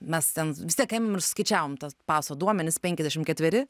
mes ten vis tiek ėmėm ir suskaičiavom tuos paso duomenis penkiasdešim ketveri